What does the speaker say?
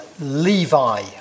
Levi